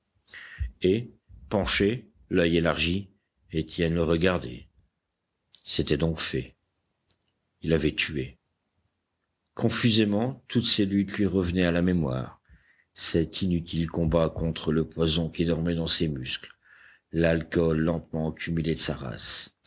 et penché l'oeil élargi étienne le regardait c'était donc fait il avait tué confusément toutes ses luttes lui revenaient à la mémoire cet inutile combat contre le poison qui dormait dans ses muscles l'alcool lentement accumulé de sa race